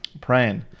Praying